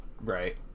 Right